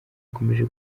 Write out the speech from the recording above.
akomeje